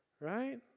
right